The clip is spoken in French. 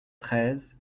treize